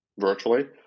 virtually